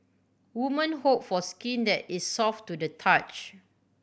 woman hope for skin that is soft to the touch